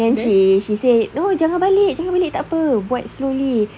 then she said no jangan balik jangan balik tak apa buat slowly